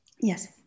Yes